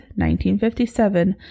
1957